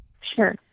sure